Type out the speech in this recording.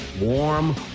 Warm